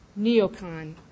neocon